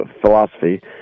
philosophy